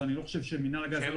לא עמדו